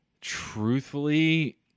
truthfully